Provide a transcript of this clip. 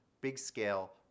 big-scale